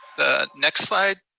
the next slide.